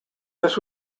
this